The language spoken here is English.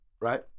right